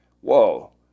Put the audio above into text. whoa